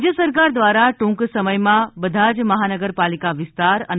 રાજ્ય સરકાર દ્વારા ટ્રંક સમયમાં બધા જ મહાનગરપાલિકા વિસ્તાર અને